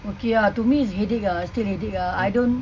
okay lah to me is headache still headache ah I don't